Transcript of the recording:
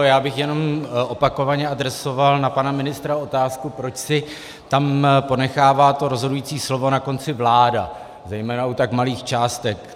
Já bych jenom opakovaně adresoval na pana ministra otázku, proč si tam ponechává to rozhodující slovo na konci vláda, zejména u tak malých částek.